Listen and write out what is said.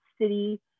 city